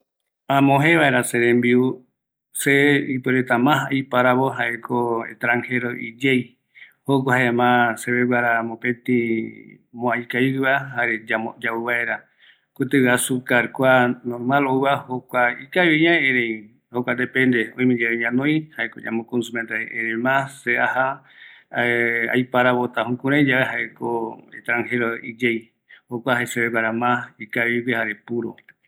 ﻿Amojee vaera serembiu se ipuereta ma aiparavo jaeko extrangera iyei, joku jae ma seveguara mopeti moa ikavigueva jare yau vaera kutigui azucarkua normal ouva, jokua ikaviviña erei jokua depende oimeyave ñanoi jaeko ñamokonsemtavi, erei se ma aja aiparavota jukuraiyae jaeko extranjero iyei jokua jae seveguara ma ikavigue jare puro